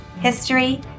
history